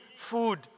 food